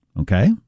Okay